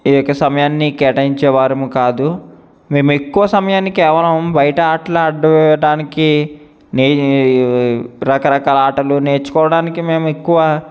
ఏక సమయాన్ని కేటాయించేవారము కాదు మేము ఎక్కువ సమయాన్ని కేవలం బయట ఆటలు ఆడడానికి నీ రకరకాల ఆటలు నేర్చుకోవడానికి మేము ఎక్కువ